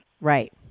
Right